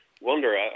wonder